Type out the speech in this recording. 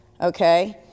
okay